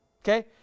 Okay